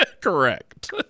Correct